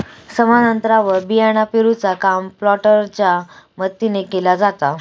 समान अंतरावर बियाणा पेरूचा काम प्लांटरच्या मदतीने केला जाता